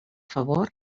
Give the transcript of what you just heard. favor